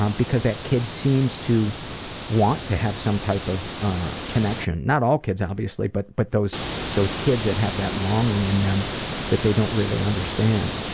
um because that kid seems to want to have some type of connection. not all kids, obviously, but but those those kids that have that longing in them that they don't really understand.